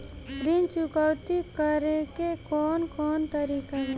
ऋण चुकौती करेके कौन कोन तरीका बा?